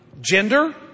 gender